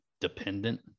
dependent